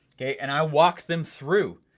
okay, and i walk them through.